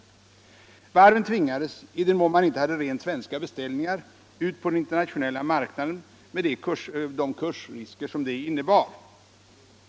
Varven tvingades - i den mån de inte hade rent svenska beställningar — ut på den internationella marknaden med de kursrisker som det innebär.